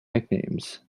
nicknames